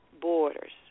borders